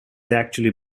actually